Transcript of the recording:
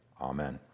Amen